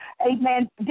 amen